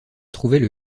trouvaient